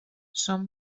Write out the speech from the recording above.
són